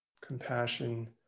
compassion